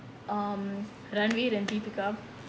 um ranveer and deepika